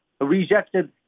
rejected